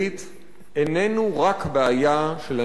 איננו רק בעיה של אנשי התקשורת.